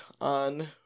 on